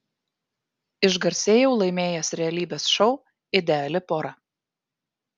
išgarsėjau laimėjęs realybės šou ideali pora